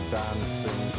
dancing